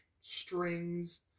strings